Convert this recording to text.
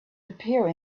appear